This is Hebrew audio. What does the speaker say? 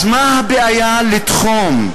אז מה הבעיה לתחום,